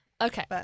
Okay